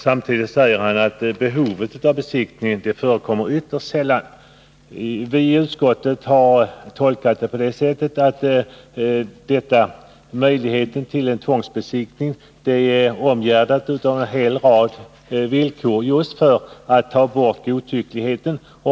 Samtidigt säger han emellertid att det ytterst sällan föreligger behov av besiktning. I utskottet har vi tolkat detta på det sättet att möjligheten till tvångsbesiktning är omgärdad av en hel rad villkor just för att godtyckligheten skall tas bort.